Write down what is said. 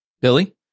Billy